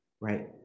right